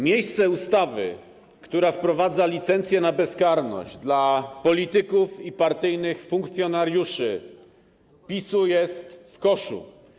Miejsce ustawy, która wprowadza licencję na bezkarność dla polityków i partyjnych funkcjonariuszy PiS-u, jest w koszu.